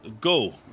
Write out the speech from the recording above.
go